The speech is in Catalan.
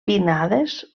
pinnades